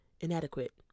inadequate